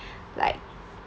like